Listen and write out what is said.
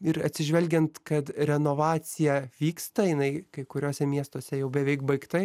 ir atsižvelgiant kad renovacija vyksta jinai kai kuriuose miestuose jau beveik baigta